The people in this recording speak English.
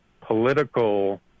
political